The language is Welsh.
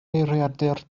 geiriadur